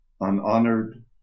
Unhonored